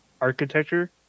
architecture